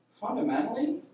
fundamentally